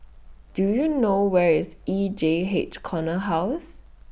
Do YOU know Where IS E J H Corner House